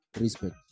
Respect